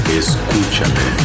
escúchame